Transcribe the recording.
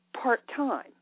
part-time